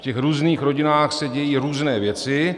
V těch různých rodinách se dějí různé věci.